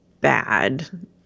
bad